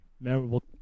memorable